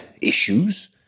issues